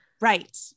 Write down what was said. Right